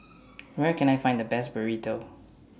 Where Can I Find The Best Burrito